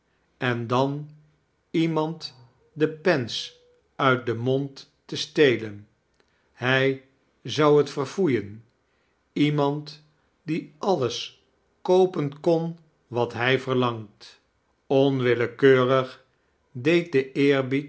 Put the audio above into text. en dan iemand de pens uit den mond te stelen hij zou t verfoeien iemand die alles koopen kon wat hij verlangt onwiiltekeiwig deed de